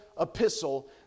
epistle